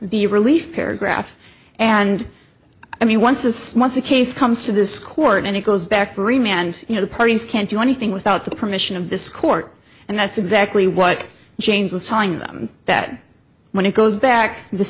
the relief paragraph and i mean once this month the case comes to this court and it goes back three mand you know the parties can't do anything without the permission of this court and that's exactly what james was telling them that when it goes back